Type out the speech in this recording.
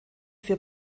für